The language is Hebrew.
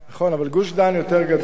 אבל גוש-דן יותר גדול.